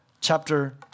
chapter